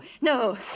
no